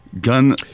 gun